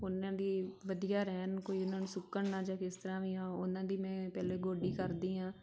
ਉਹਨਾਂ ਦੀ ਵਧੀਆ ਰਹਿਣ ਕੋਈ ਉਹਨਾਂ ਨੂੰ ਸੁੱਕਣ ਨਾ ਜਾਂ ਕਿਸ ਤਰ੍ਹਾਂ ਵੀ ਆ ਉਹਨਾਂ ਦੀ ਮੈਂ ਪਹਿਲਾਂ ਗੋਡੀ ਕਰਦੀ ਹਾਂ